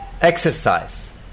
exercise